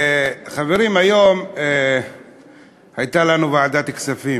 היום הייתה לנו ישיבת ועדת כספים.